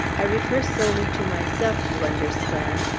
i refer solely to myself, you understand,